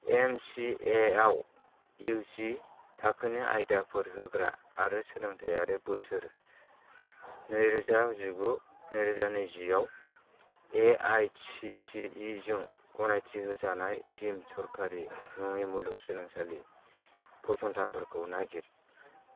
M C A आव इउ जि थाखोनि आयदाफोर होग्रा आरो सोलोंथाइयारि बोसोर नैरोजा जिगु नैरोजा नैजि आव A I C T E जों गनायथि होजानाय दिम सोरखारि नङि मुलुगसोंलोंसालि फसंथानफोरखौ नागिर